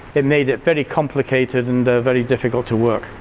it made it very complicated and very difficult to work.